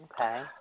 Okay